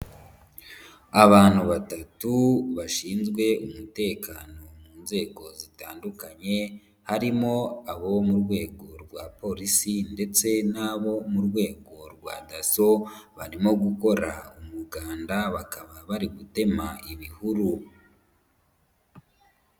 Abantu batatu bashinzwe umutekano mu nzego zitandukanye harimo abo mu rwego rwa Polisi ndetse n'abo mu rwego rwa DASSO, barimo gukora umuganda bakaba bari gutema ibihuru.